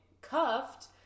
cuffed